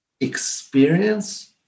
experience